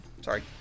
Sorry